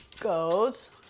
goes